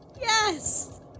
Yes